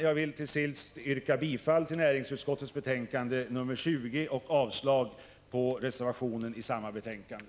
Jag vill till sist yrka bifall till utskottets hemställan i näringsutskottets betänkande nr 20 och avslag på reservationen till samma betänkande.